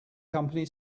company